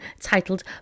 titled